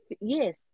yes